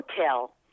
hotel